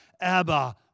Abba